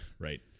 Right